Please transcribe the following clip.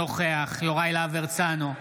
יוראי להב הרצנו,